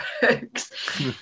books